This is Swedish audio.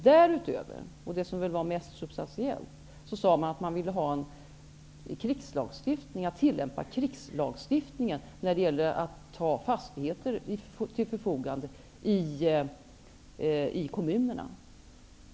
Därutöver, och det var det mest substantiella, sade man att man ville tillämpa krigslagstiftningen för att ställa fastigheter till förfogande i kommunerna.